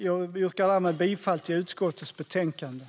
Jag yrkar bifall till utskottets förslag i betänkandet.